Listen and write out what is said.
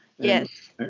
Yes